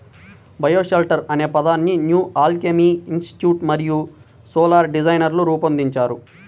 bioshelter అనే పదాన్ని New Alchemy Institute మరియు సోలార్ డిజైనర్లు రూపొందించారు